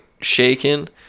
shaken